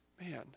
man